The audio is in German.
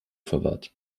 verwahrt